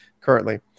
currently